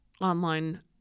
online